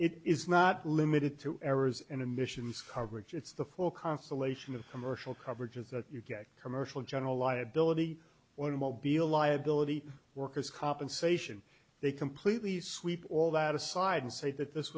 it is not limited to errors and emissions coverage it's the full constellation of commercial coverages that you get commercial general liability one immobile liability worker's compensation they completely sweep all that aside and say that this